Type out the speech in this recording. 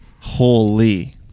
Holy